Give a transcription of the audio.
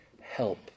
help